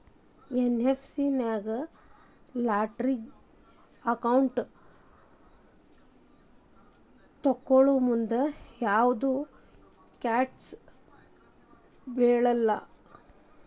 NPS ನ್ಯಾಗ ಲಾಸ್ಟಿಗಿ amount ತೊಕ್ಕೋಮುಂದ ಯಾವ್ದು ಟ್ಯಾಕ್ಸ್ ಬೇಳಲ್ಲ